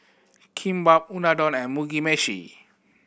Kimbap Unadon and Mugi Meshi